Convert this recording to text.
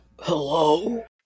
Hello